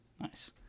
Nice